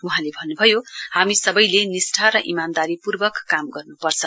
वहाँले भन्नुभयो हामी सवैले निष्ठा र ईमानदारी पूर्वक काम गर्नुपर्छ